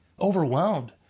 overwhelmed